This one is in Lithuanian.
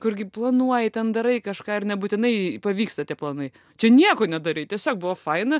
kurgi planuoji ten darai kažką ir nebūtinai pavyksta tie planai čia nieko nedarei tiesiog buvo faina